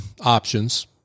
options